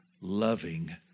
loving